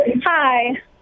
Hi